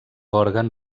òrgan